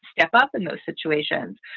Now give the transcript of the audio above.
step up in those situations?